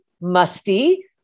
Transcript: musty